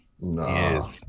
No